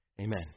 Amen